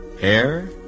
Hair